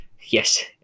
yes